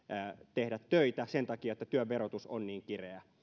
tehdä töitä sen takia että työn verotus on niin